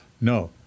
no